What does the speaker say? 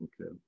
Okay